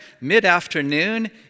mid-afternoon